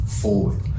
forward